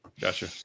Gotcha